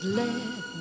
let